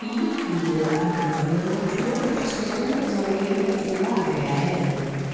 die wiewohl allgemeiner natur doch das besondere seiner gegenwärtigen lage erhellen